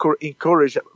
encourage